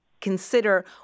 consider